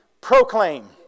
proclaim